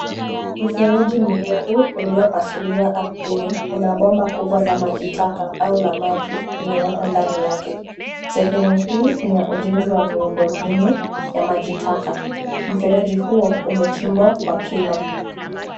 Mfereji mrefu uliopasuliwa ardhini, una bomba kubwa la majitaka au la maji limewekwa ndani yake. Sehemu hii ni ya ujenzi wa miundombinu ya majitaka. Mfereji huo umechimbwa kwa kina.